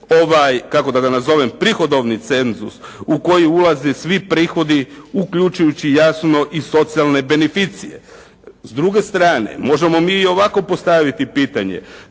ovaj kako da ga nazovem prihodovni cenzus u koji ulaze svi prihodi uključujući jasno i socijalne beneficije. S druge strane možemo mi i ovako postaviti pitanje.